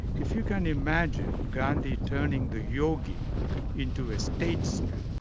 if you can imagine gandhi turning the yogi into a statesman.